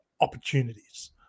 opportunities